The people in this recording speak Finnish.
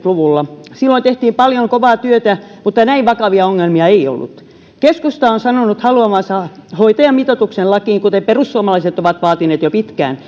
luvulla silloin tehtiin paljon kovaa työtä mutta näin vakavia ongelmia ei ollut keskusta on sanonut haluavansa hoitajamitoituksen lakiin kuten perussuomalaiset ovat vaatineet jo pitkään